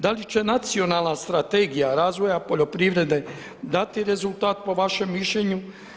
Da li će nacionalna strategija razvoja poljoprivrede dati rezultat po vašem mišljenju?